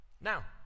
Now